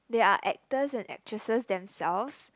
they are actors and actresses themselves